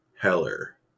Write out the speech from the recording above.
Heller